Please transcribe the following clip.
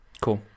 Cool